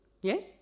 Yes